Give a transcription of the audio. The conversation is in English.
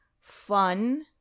fun